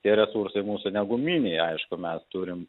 tie resursai mūsų ne guminiai aišku mes turim